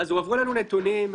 הועברו אלינו נתונים,